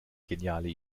geniale